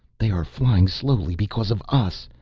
they are flying slowly because of us.